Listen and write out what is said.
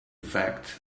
fact